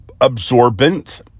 absorbent